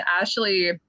Ashley